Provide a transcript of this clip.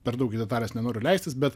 per daug į detales nenoriu leistis bet